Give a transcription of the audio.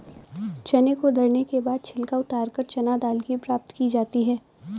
चने को दरने के बाद छिलका उतारकर चना दाल प्राप्त की जाती है